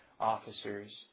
officers